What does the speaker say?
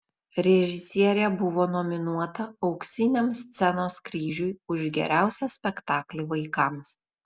režisierė buvo nominuota auksiniam scenos kryžiui už geriausią spektaklį vaikams